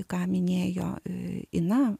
ką minėjo ina